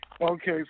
Okay